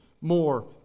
more